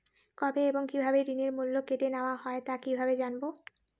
কবে এবং কিভাবে ঋণের মূল্য কেটে নেওয়া হয় তা কিভাবে জানবো?